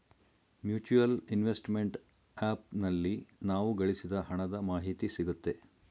mutual investment app ನಲ್ಲಿ ನಾವು ಗಳಿಸಿದ ಹಣದ ಮಾಹಿತಿ ಸಿಗುತ್ತೆ